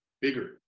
bigger